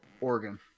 Oregon